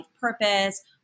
purpose